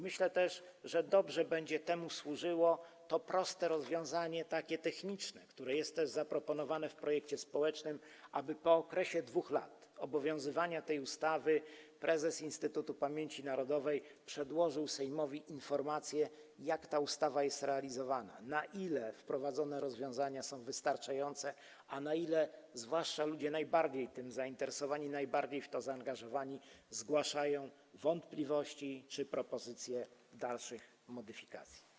Myślę też, że dobrze będzie temu służyło to proste rozwiązanie, takie techniczne, które jest też zaproponowane w projekcie społecznym, aby po okresie 2 lat obowiązywania tej ustawy prezes Instytutu Pamięci Narodowej przedłożył Sejmowi informację, jak tak ustawa jest realizowana, na ile wprowadzone rozwiązania są wystarczające, czy ludzie, zwłaszcza ludzie najbardziej tym zainteresowani, najbardziej w to zaangażowani, zgłaszają wątpliwości, propozycje dalszych modyfikacji.